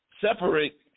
separate